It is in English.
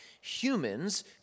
humans